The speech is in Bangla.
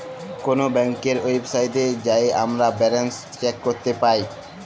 কল ব্যাংকের ওয়েবসাইটে যাঁয়ে আমরা ব্যাল্যান্স চ্যাক ক্যরতে পায়